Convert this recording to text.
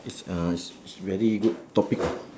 is uh is is very good topic ah